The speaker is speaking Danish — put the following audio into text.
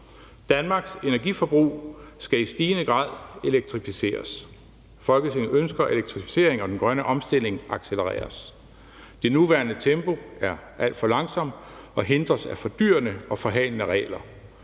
»Danmarks energiforbrug skal i stigende grad elektrificeres. Folketinget ønsker, at elektrificeringen og den grønne omstilling accelereres. Det nuværende tempo er alt for langsomt og hindres af fordyrende og forhalende regler.